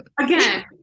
Again